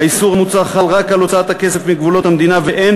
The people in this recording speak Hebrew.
האיסור המוצע חל רק על הוצאת הכסף מגבולות המדינה ואין